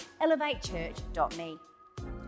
elevatechurch.me